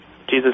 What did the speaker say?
Jesus